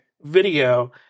video